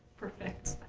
perfect.